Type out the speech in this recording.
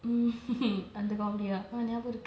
mm அந்த:antha comedy தான் ஞாபகம் இருக்கு:thaan nyabagam iruku